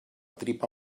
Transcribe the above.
tripa